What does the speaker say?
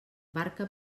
barca